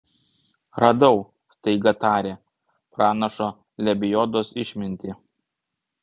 radau staiga tarė pranašo lebiodos išmintį